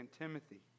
Timothy